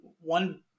one